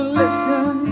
listen